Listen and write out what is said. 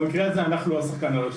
אבל במקרה הזה אנחנו לא השחקן הראשי.